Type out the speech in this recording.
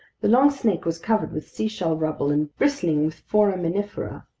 the long snake was covered with seashell rubble and bristling with foraminifera